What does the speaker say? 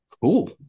Cool